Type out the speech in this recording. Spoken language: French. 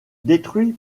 détruit